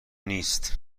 نیست